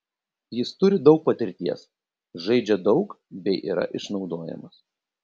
jis turi daug patirties žaidžia daug bei yra išnaudojamas